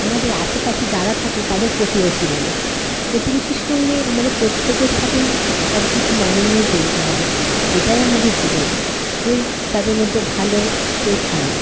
আমাদের আশেপাশে যারা থাকে তাদের প্রতিবেশী বলে প্রতিবেশীর সঙ্গে আমাদের প্রত্যেকের সাথেই সব কিছু মানিয়ে নিয়ে চলতে হয় এটাই আমাদের জীবন কেউ তাদের মধ্যে ভালো কেউ খারাপ